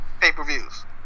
pay-per-views